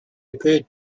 appeared